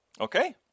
Okay